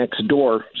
Nextdoor